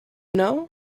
know